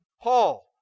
Paul